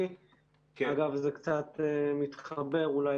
אגב, זה קצת מתחבר אולי